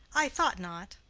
i thought not.